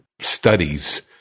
studies